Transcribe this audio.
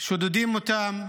שודדים אותם,